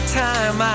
time